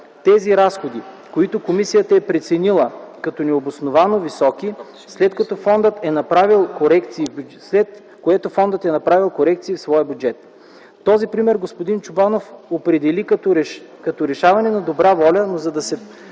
Тези разходи комисията е преценила като необосновано високи, след което Фондът е направил корекции в бюджета си. Този пример господин Чобанов определи като решаване на добра воля, но за да се